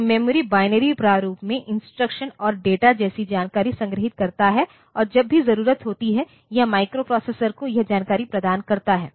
तो memory binary प्रारूप में इंस्ट्रक्शन और डेटा जैसी जानकारी संग्रहीत करता है और जब भी जरूरत होती है यह माइक्रोप्रोसेसर को यह जानकारी प्रदान करता है